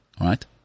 right